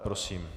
Prosím.